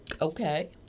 okay